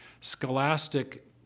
scholastic